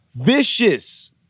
vicious